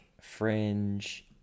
Fringe